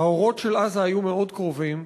האורות של עזה היו מאוד קרובים,